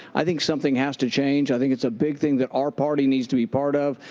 i think something has to change. i think it's a big thing that our party needs to be part of,